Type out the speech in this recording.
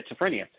schizophrenia